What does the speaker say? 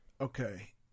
Okay